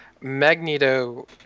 Magneto